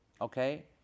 Okay